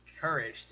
courage